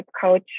coach